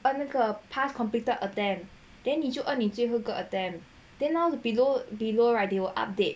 把那个 past completed attempt then 你就按你这个 attempt denounced below below right they will update